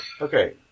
Okay